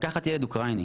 לקחת ילד אוקראיני